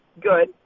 good